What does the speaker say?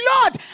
Lord